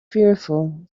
fearful